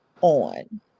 on